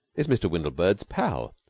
is mr. windlebird's pal.